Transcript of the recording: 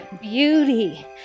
Beauty